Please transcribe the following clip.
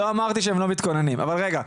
לא אמרתי שהם לא מתכוננים, אבל רגע.